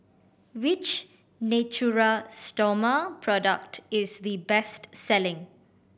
which Natura Stoma product is the best selling